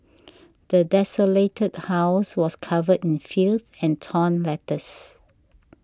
the desolated house was covered in filth and torn letters